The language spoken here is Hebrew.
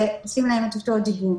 שעושים להם את אותו --- מצוין.